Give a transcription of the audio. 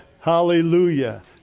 Hallelujah